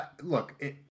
look